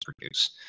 produce